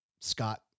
Scott